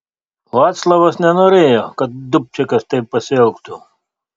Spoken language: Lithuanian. vaclavas nenorėjo kad dubčekas taip pasielgtų